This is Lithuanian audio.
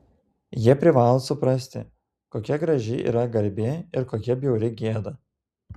jie privalo suprasti kokia graži yra garbė ir kokia bjauri gėda